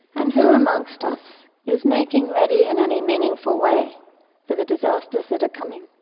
and who among so us is making ready in any meaningful way for the disasters that are coming?